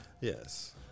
Yes